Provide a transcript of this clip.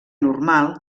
normal